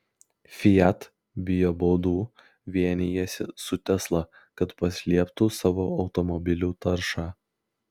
fiat bijo baudų vienijasi su tesla kad paslėptų savo automobilių taršą